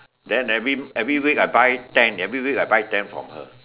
then every every week I buy ten every week I buy ten from her